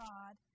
God